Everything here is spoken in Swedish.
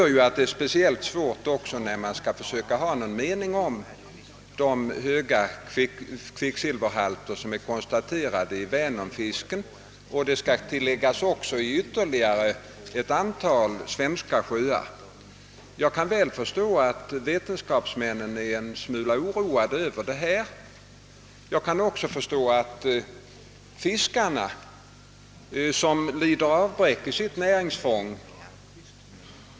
Detta gör det speciellt svårt att ha någon bestämd mening om de höga kvicksilverhalter som konstaterats för fisk i Vänern, liksom även i ett antal andra svenska sjöar. Jag kan mycket väl förstå att vetenskapsmännen är oroade över detta, och jag förstår också att fiskarna är oroade eftersom de lider avbräck i sitt näringsfång.